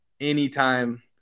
anytime